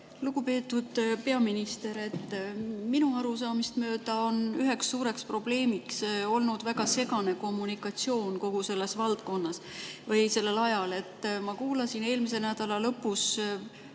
Lugupeetud peaminister! Minu arusaamist mööda on üks suur probleem olnud väga segane kommunikatsioon kogu selles valdkonnas ja kogu sellel ajal. Ma kuulasin eelmise nädala lõpus